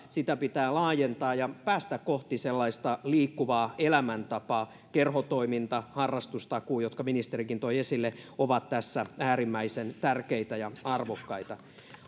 sitä pitää laajentaa ja päästä kohti liikkuvaa elämäntapaa kerhotoiminta harrastustakuu jotka ministerikin toi esille ovat tässä äärimmäisen tärkeitä ja arvokkaita